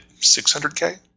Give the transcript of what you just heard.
600k